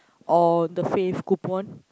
or the Fave coupon